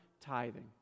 tithing